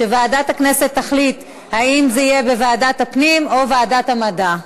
וועדת הכנסת תחליט אם זה יהיה בוועדת הפנים או בוועדת המדע.